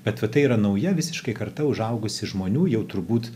bet va tai yra nauja visiškai karta užaugusi žmonių jau turbūt